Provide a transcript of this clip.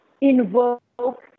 invoke